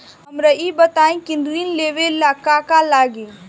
हमरा ई बताई की ऋण लेवे ला का का लागी?